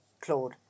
Claude